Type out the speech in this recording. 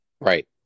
Right